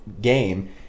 game